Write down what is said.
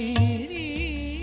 needy